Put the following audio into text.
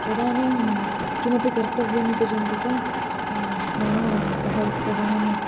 तदानीं किमपि कर्तव्यम् इति चिन्तितं नाम सः उक्तवान्